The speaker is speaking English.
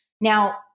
Now